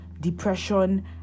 depression